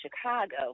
Chicago